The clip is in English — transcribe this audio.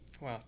Wow